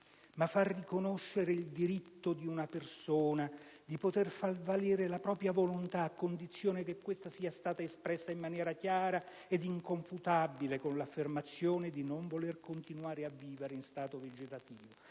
ma il riconoscimento del diritto di una persona di far valere la propria volontà, a condizione che questa sia stata espressa in maniera chiara ed inconfutabile con l'affermazione di non voler continuare a vivere in stato vegetativo.